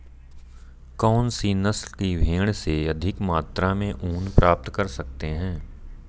कौनसी नस्ल की भेड़ से अधिक मात्रा में ऊन प्राप्त कर सकते हैं?